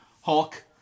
Hulk